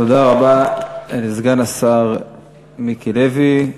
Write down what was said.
תודה רבה לסגן השר מיקי לוי.